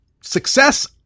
success